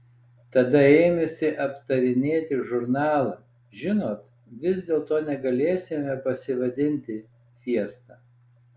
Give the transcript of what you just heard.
tada ėmėsi aptarinėti žurnalą žinot vis dėlto negalėsime pasivadinti fiesta